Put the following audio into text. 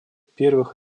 первых